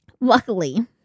Luckily